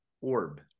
orb